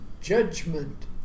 judgment